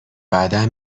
بعدا